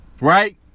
Right